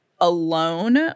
alone